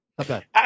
okay